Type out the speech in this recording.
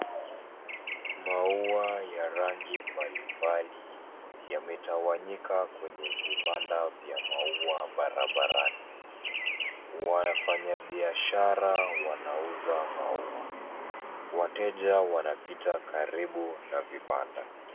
Maua ya rangi mbalimbali yametawanyika kwenye vibanda vya maua barabarani, wanafanya biashara wanauza maua, wateja wanapita karibu na vibanda.